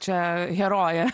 čia heroje